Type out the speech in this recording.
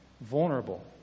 vulnerable